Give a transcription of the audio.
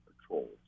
patrols